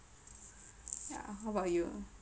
yeah how about you